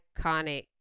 iconic